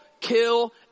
kill